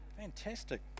Fantastic